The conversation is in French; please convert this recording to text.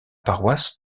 paroisse